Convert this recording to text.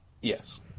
yes